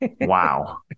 Wow